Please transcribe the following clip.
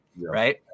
Right